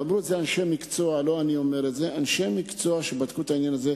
ואמרו את זה אנשי מקצוע שבדקו את העניין הזה,